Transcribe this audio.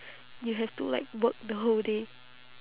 you have to like work the whole day